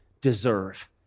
deserve